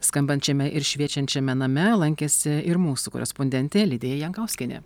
skambančiame ir šviečiančiame name lankėsi ir mūsų korespondentė lidija jankauskienė